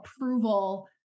approval